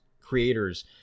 creators